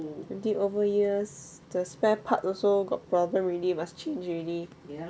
twenty over years the spare parts also got problem already must change already